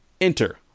Enter